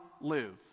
live